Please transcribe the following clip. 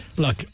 Look